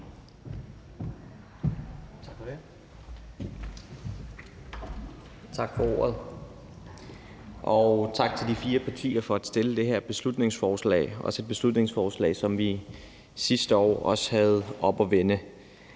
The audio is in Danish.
Tak for det.